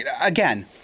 again